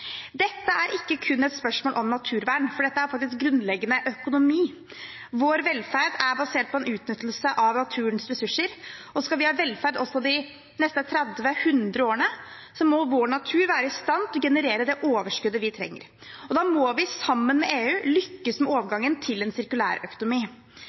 Dette er ikke kun et spørsmål om naturvern. Dette er faktisk grunnleggende økonomi. Vår velferd er basert på utnyttelse av naturens ressurser, og skal vi ha velferd også de neste 30–100 årene, må vår natur være i stand til å generere det overskuddet vi trenger. Da må vi sammen med EU lykkes med